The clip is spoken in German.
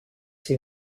sie